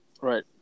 Right